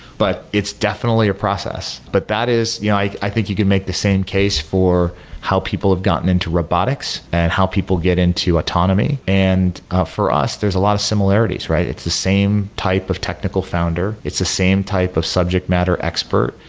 but it's definitely a process, but that is yeah like i think you can make the same case for how people have gotten into robotics and how people get into autonomy. and ah for us, there're a lot of similarities. it's the same type of technical founder. it's the same type of subject matter expert.